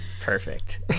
Perfect